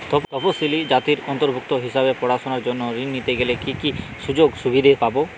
তফসিলি জাতির অন্তর্ভুক্ত হিসাবে পড়াশুনার জন্য ঋণ নিতে গেলে কী কী সুযোগ সুবিধে পাব?